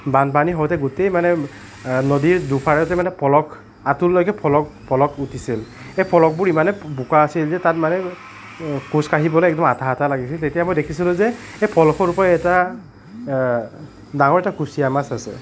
বানপানী হওঁতে গোটেই মানে নদীৰ দুপাৰতে মানে পলস আঁঠুৰলৈকে পলক পলস উঠিছিল এই পলসবোৰ ইমানেই বোকা আছিল যে তাত মানে খোজ কাঢ়িবলৈ একদম আঠা আঠা লাগিছিল তেতিয়া মই দেখিছিলোঁ যে এই পলসৰ ওপৰত এটা ডাঙৰ এটা কুচীয়া মাছ আছে